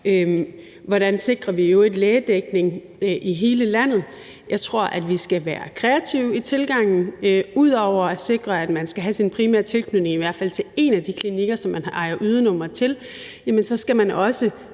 hvordan sikrer vi i øvrigt lægedækning i hele landet? Jeg tror, at vi skal være kreative i tilgangen. Ud over at sikre, at man skal have sin primære tilknytning til i hvert fald en af de klinikker, som man ejer ydernummer til, skal man også